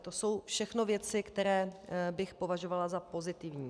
To jsou všechno věci, které bych považovala za pozitivní.